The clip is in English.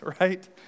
right